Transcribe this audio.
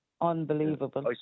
Unbelievable